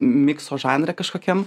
mikso žanre kažkokiam